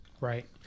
Right